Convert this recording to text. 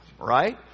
Right